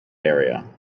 area